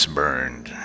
burned